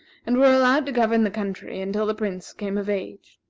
and were allowed to govern the country until the prince came of age.